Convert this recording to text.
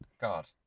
God